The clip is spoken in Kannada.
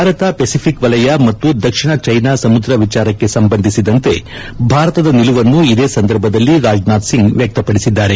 ಭಾರತ ಪೆಸಿಫಿಕ್ ವಲಯ ಮತ್ತು ದಕ್ಷಿಣ ಚೀನಾ ಸಮುದ್ರ ವಿಚಾರಕ್ಕೆ ಸಂಬಂಧಿಸಿದಂತೆ ಭಾರತದ ನಿಲುವನ್ನು ಇದೇ ಸಂದರ್ಭದಲ್ಲಿ ರಾಜನಾಥ್ ಸಿಂಗ್ ವ್ಯಕ್ತಪಡಿಸಿದ್ದಾರೆ